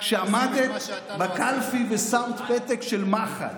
כשעמדת בקלפי ושמת פתק של מחל?